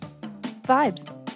Vibes